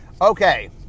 Okay